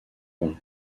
point